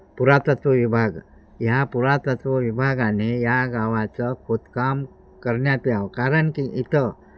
पुरातत्व विभाग ह्या पुरातत्व विभागाने या गावाचं खोदकाम करण्यात यावं कारण की इथं